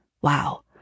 Wow